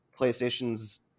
PlayStation's